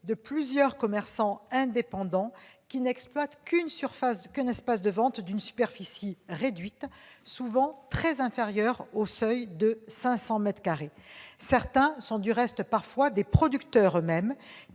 de plusieurs commerçants indépendants qui n'exploitent qu'un espace de vente d'une superficie réduite, souvent très inférieure au seuil de 500 mètres carrés. Certains sont du reste parfois les producteurs eux-mêmes